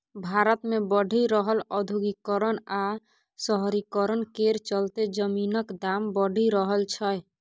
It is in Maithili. भारत मे बढ़ि रहल औद्योगीकरण आ शहरीकरण केर चलते जमीनक दाम बढ़ि रहल छै